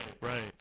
right